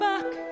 Back